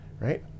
right